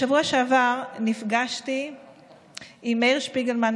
בשבוע שעבר נפגשתי עם מאיר שפיגלמן,